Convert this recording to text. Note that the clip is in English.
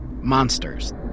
Monsters